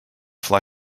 fly